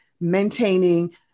maintaining